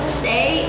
stay